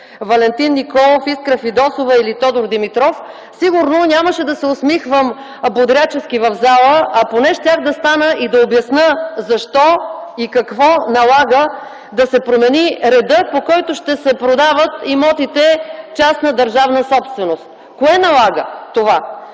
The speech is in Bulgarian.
Валентин Николов, Искра Фидосова или Тодор Димитров, сигурно нямаше да се усмихвам бодрячески в залата, а поне щях да стана и да обясня защо и какво налага да се промени редът, по който ще се продават имотите – частна държавна собственост. Кое налага това?